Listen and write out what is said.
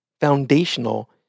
foundational